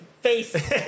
face